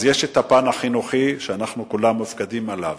יש הפן החינוכי, שכולנו מופקדים עליו.